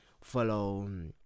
follow